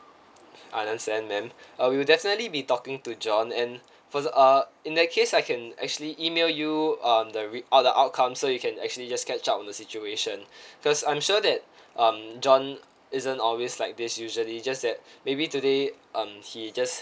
I understand ma'am uh we'll definitely be talking to john and for uh in that case I can actually email you um the re~ or the outcome so you can actually just catch up on the situation because I'm sure that um john isn't always like this usually just that maybe today um he just